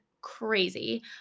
crazy